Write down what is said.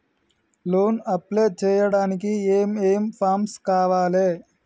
Loan apply చేయడానికి ఏం ఏం ఫామ్స్ కావాలే?